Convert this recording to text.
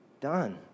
done